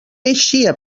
eixia